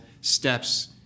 steps